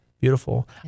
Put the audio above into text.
beautiful